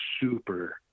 super